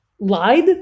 lied